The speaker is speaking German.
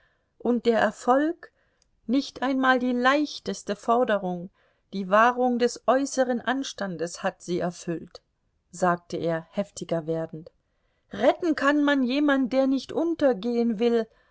und der erfolg nicht einmal die leichteste forderung die wahrung des äußeren anstandes hat sie erfüllt sagte er heftiger werdend retten kann man jemand der nicht untergehen will